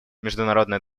международная